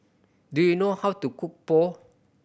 do you know how to cook Pho